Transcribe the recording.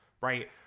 right